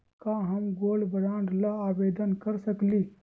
का हम gold bond ल आवेदन कर सकली?